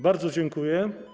Bardzo dziękuję.